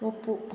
ಒಪ್ಪು